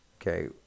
Okay